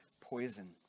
poison